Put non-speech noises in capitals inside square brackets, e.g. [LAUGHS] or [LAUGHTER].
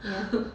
[LAUGHS]